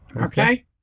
Okay